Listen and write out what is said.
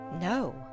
No